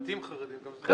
דתיים חרדים, אתה